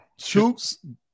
Chooks